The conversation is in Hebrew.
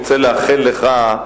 אני רוצה לאחל לך,